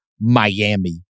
Miami